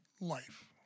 life